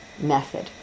method